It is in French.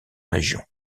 région